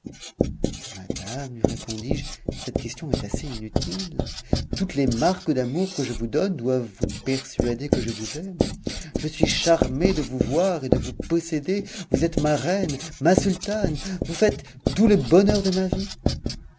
madame lui répondisje cette question est assez inutile toutes les marques d'amour que je vous donne doivent vous persuader que je vous aime je suis charmé de vous voir et de vous posséder vous êtes ma reine ma sultane vous faites tout le bonheur de ma vie